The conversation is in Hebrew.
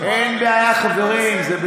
אין בעיה, חברים.